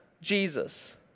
Jesus